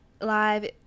live